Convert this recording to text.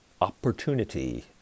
opportunity